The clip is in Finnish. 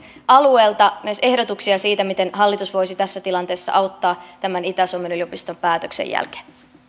alueelta myös ehdotuksia siitä miten hallitus voisi tässä tilanteessa auttaa tämän itä suomen yliopiston päätöksen jälkeen